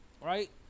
Right